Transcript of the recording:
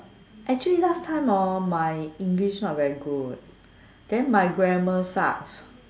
actually last time lor my english not very good then my grammar sucks